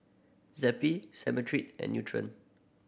Zappy Cetrimide and Nutren